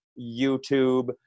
YouTube